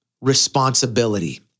responsibility